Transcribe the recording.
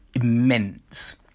immense